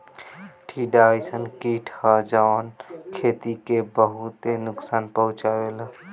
टिड्डा अइसन कीट ह जवन खेती के बहुते नुकसान पहुंचावेला